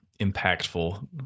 impactful